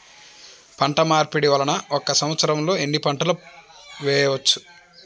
పంటమార్పిడి వలన ఒక్క సంవత్సరంలో ఎన్ని పంటలు వేయవచ్చు?